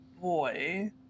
boy